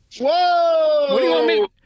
Whoa